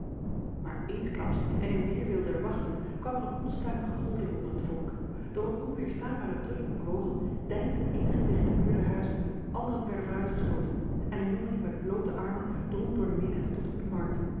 maar eensklaps en in weerwil der wachten kwam er een onstuimige golving onder het volk door een onweerstaanbare drukking bewogen deinsden enigen tegen de muur der huizen anderen werden vooruitgestoten en een jongeling met blote armen drong door de menigte tot op de markt